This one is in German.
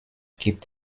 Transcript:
gibt